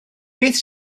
beth